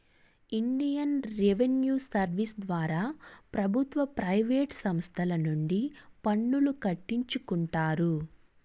Indian revenue service ద్వారా ప్రభుత్వ private సంస్తల నుండి పన్నులు కట్టించుకుంటారు